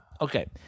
Okay